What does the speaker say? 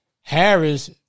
Harris